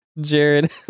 Jared